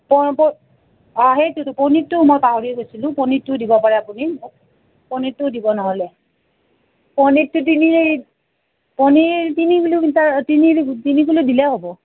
অঁ সেইটোতো পনীৰটো মই পাহৰি গৈছিলোঁ পনীৰটো দিব পাৰে আপুনি পনীৰটোও দিব নহ'লে পনীৰটো তিনি পনীৰ তিনি কিলো তিনি তিনি কিলো দিলে হ'ব